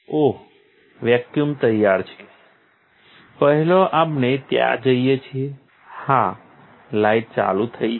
ઓહ vacuum તૈયાર છે પહેલાં આપણે ત્યાં જઈએ છીએ હા લાઈટ ચાલુ થઈ છે